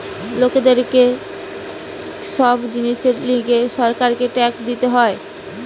লোকদের কে সব জিনিসের লিগে সরকারকে ট্যাক্স দিতে হয়